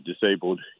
disabled